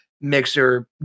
Mixer